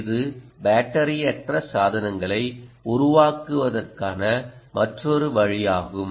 எனவே இது பேட்டரியற்ற சாதனங்களை உருவாக்குவதற்கான மற்றொரு வழியாகும்